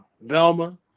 Velma